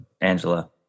Angela